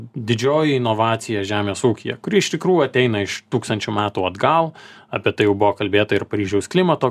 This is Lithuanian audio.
didžioji inovacija žemės ūkyje kuri iš tikrųjų ateina iš tūkstančių metų atgal apie tai jau buvo kalbėta ir paryžiaus klimato